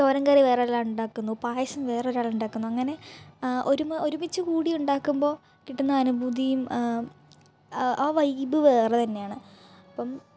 തോരൻ കറി വേറെ ഒരാൾ ഉണ്ടാക്കുന്നു പായസം വേറെ ഒരാൾ ഉണ്ടാക്കുന്നു അങ്ങനെ ഒരുമ ഒരുമിച്ചു കൂടി ഉണ്ടാക്കുമ്പോൾ കിട്ടുന്ന അനുഭൂതിയും ആ വൈബ് വേറെ തന്നെയാണ് അപ്പം